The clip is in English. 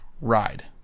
ride